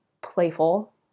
playful